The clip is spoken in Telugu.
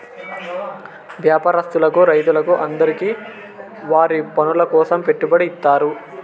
వ్యాపారస్తులకు రైతులకు అందరికీ వారి పనుల కోసం పెట్టుబడి ఇత్తారు